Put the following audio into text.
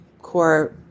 core